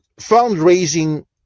fundraising